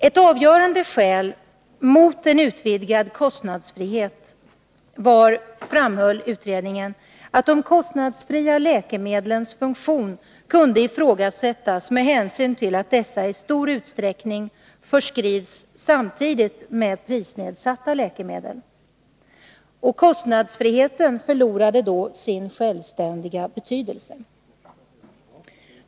Ett avgörande skäl mot en utvidgad kostnadsfrihet var, framhöll utredningen, att de kostnadsfria läkemedlens funktion kunde ifrågasättas med hänsyn till att dessa i stor utsträckning förskrivs samtidigt med prisnedsatta läkemedel. Kostnadsfriheten förlorade då sin självständiga betydelse.